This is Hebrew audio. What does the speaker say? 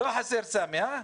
לא חסר, סמי, אה?